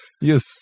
Yes